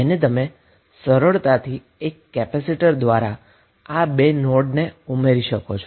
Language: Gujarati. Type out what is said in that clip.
તો તમે સરળતાથી એક કેપેસિટર દ્વારા આ બે નોડને ઉમેરી શકો છો